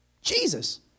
Jesus